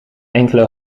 enkele